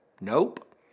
Nope